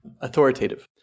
authoritative